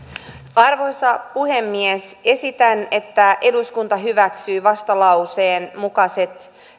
arvoisa puhemies esitän että eduskunta hyväksyy vastalauseen mukaiset